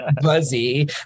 Buzzy